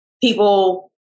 people